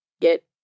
get